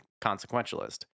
consequentialist